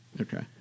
Okay